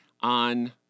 on